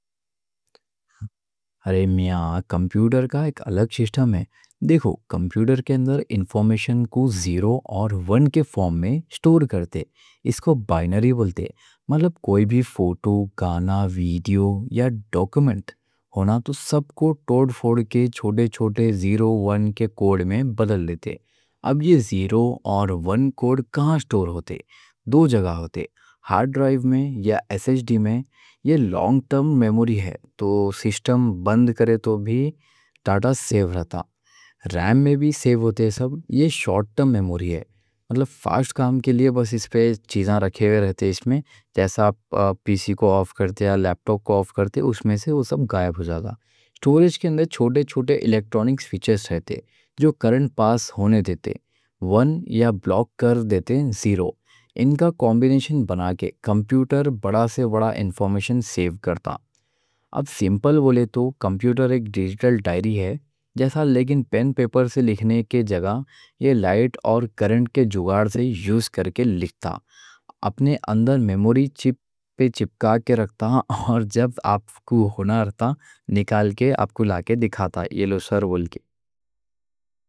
ہرے میاں کمپیوٹر کا ایک الگ سسٹم ہے۔ دیکھو، کمپیوٹر کے اندر انفارمیشن کو زیرو اور ون کے فارم میں اسٹور کرتے، اس کو بائنری بولتے۔ مطلب کوئی بھی فوٹو، گانا، ویڈیو یا ڈاکیومنٹ ہونا تو سب کو توڑ پھوڑ کے چھوٹے چھوٹے زیرو ون کے کوڈ میں بدل لیتے۔ اب یہ زیرو اور ون کوڈ کہاں اسٹور ہوتے۔ دو جگہ ہوتے: ہارڈ ڈرائیو میں یا ایس ایس ڈی میں، یہ لانگ ٹرم میموری ہے، تو سسٹم بند کرے تو بھی ڈیٹا سیو رہتا۔ ریم میں بھی سیو ہوتے سب، یہ شارٹ ٹرم میموری ہے، مطلب فاسٹ کام کے لیے بس اس پہ چیزاں رکھے وے رہتے، اس میں جیسا آپ پی سی کو آف کرتے یا لیپ ٹاپ کو آف کرتے، اس میں سے وہ سب غائب ہو جاتا۔ اسٹوریج کے اندر چھوٹے چھوٹے الیکٹرونک سوئچز رہتے۔ جو کرنٹ پاس ہونے دیتے ون، یا بلاک کر دیتے زیرو۔ ان کا کمبینیشن بنا کے کمپیوٹر بڑا سے بڑا انفارمیشن سیو کرتا۔ اب سمپل بولے تو کمپیوٹر ایک ڈیجیٹل ڈائری ہے جیسا، لیکن پین پیپر سے لکھنے کے جگہ یہ لائٹ اور کرنٹ کے جگاڑ سے یوز کر کے لکھتا، اپنے اندر میموری چِپ پہ چپکا کے رکھتا ہے۔ اور جب آپ کو ہونا رہتا، نکال کے آپ کو لا کے دکھاتا، یہ لو سر بول کے۔